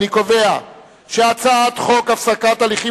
אני קובע שהצעת חוק הפסקת הליכים